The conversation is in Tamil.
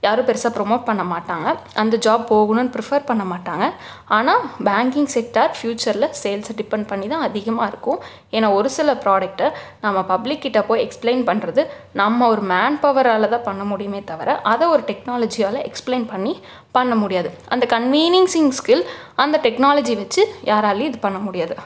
யாரும் பெருசாக ப்ரொமோட் பண்ண மாட்டாங்க அந்த ஜாப் போகணுன்னு பிரிஃபெர் பண்ண மாட்டாங்க ஆனால் பேங்கிங் செக்டார் ஃப்யூச்சரில் சேல்ஸை டிபெண்ட் பண்ணி தான் அதிகமாக இருக்கும் ஏன்னா ஒரு சில ஃப்ராடக்ட்டை நம்ம பப்ளிக்கிட்ட போய் எக்ஸ்பிளைன் பண்றது நம்ம ஒரு மேன்பவரால் தான் பண்ண முடியுமே தவிர அதை ஒரு டெக்னாலாஜியால் எக்ஸ்பிளைன் பண்ணி பண்ண முடியாது அந்த கன்வீனிங்சிங் ஸ்கில் அந்த டெக்னாலாஜியை வச்சி யாராலையும் இது பண்ண முடியாது